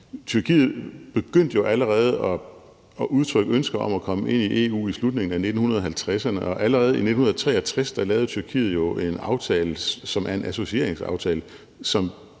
Tyrkiet begyndte jo allerede at udtrykke ønske om at komme ind i EU i slutningen af 1950'erne, og allerede i 1963 lavede Tyrkiet jo en aftale, som er en associeringsaftale, som